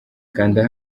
kanda